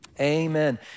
Amen